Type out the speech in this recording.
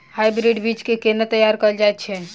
Hybrid बीज केँ केना तैयार कैल जाय छै?